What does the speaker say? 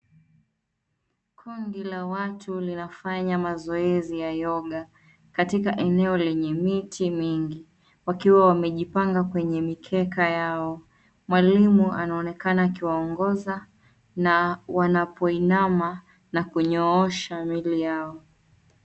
Kundi la watu linafanya mazoezi ya Yoga , katika eneo lenye miti mingi. Wakiwa wamejipanga kwenye mikeka yao. Mwalimu anaonekana akiwaongoza, na wanapoinama, na kunyoosha miili yao.